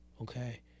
okay